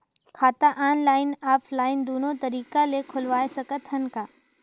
खाता ऑनलाइन अउ ऑफलाइन दुनो तरीका ले खोलवाय सकत हन का?